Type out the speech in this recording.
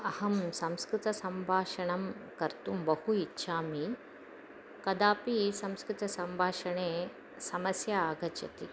अहं संस्कृतसम्भाषणं कर्तुम् बहु इच्छामि कदापि संस्कृतसम्भाषणे समस्या आगच्छति